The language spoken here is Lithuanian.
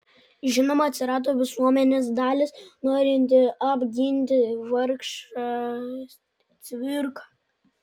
žinoma atsirado visuomenės dalis norinti apginti vargšą cvirką